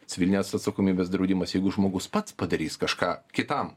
civilinės atsakomybės draudimas jeigu žmogus pats padarys kažką kitam